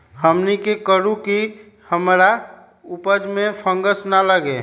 हमनी की करू की हमार उपज में फंगस ना लगे?